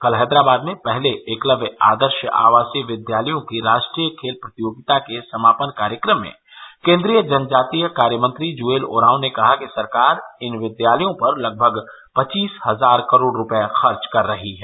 कल हैदराबाद में पहले एकलव्य आदर्श आवासीय विद्यालयों की राष्ट्रीय खेल प्रतियोगिता के समापन कार्यक्रम में केंद्रीय जनजातीय कार्यमंत्री जुएल ओरांव ने कहा कि सरकार इन विद्यालयों पर लगभग पचीस हजार करोड़ रुपए खर्च कर रही है